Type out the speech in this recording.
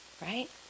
Right